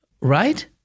right